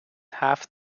هفت